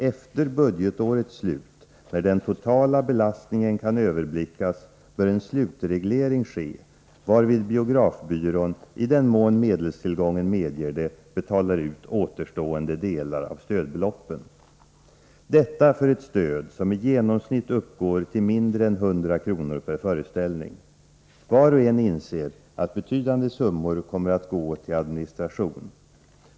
Efter budgetårets slut, när den totala belastningen kan överblickas, bör en slutreglering ske, varvid biografbyrån, i den mån medelstillgången medger det, betalar ut återstående delar av stödbeloppen, detta för ett stöd som i genomsnitt uppgår till mindre än 100 kr. per föreställning. Var och en inser att betydande summor kommer att gå åt till administration.